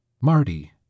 Marty